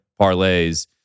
parlays